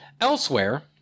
elsewhere